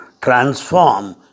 transform